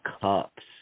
cups